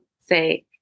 say